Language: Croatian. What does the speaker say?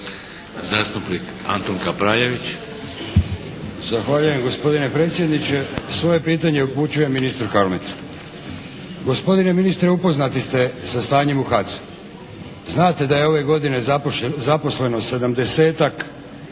Zastupnik Antun Kapraljević.